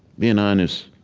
being honest,